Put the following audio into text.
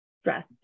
stress